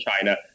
China